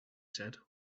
said